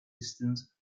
distance